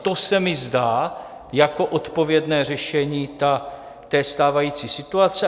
To se mi zdá jako odpovědné řešení stávající situace.